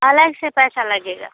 अलग से पैसा लगेगा